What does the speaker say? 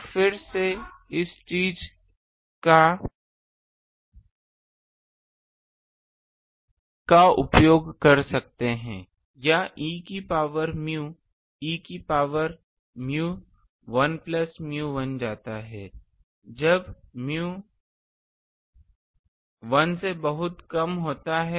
तो हम फिर से इस चीज़ का उपयोग कर सकते हैं या e की पावर u e की पावर u 1 प्लस u बन जाता है जब u 1 से बहुत कम होता है